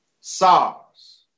SARS